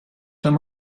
them